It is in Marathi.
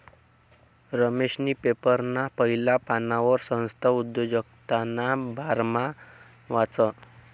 रमेशनी पेपरना पहिला पानवर संस्था उद्योजकताना बारामा वाचं